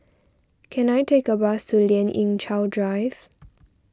can I take a bus to Lien Ying Chow Drive